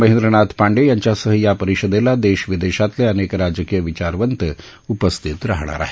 महेंद्रनाथ पांडे यांच्यासह या परिषदेला देशविदेशातले अनेक राजकीय विचारवंत उपस्थित राहणार आहेत